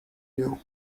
you